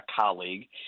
colleague